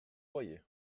croyez